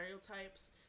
stereotypes